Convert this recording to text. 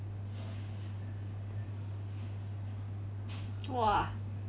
!wah!